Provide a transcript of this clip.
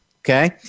Okay